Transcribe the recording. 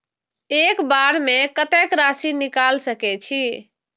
एक बार में कतेक राशि निकाल सकेछी?